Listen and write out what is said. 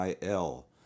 IL